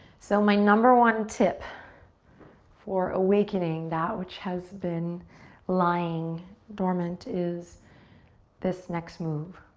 so, my number one tip for awakening that which has been lying dormant is this next move.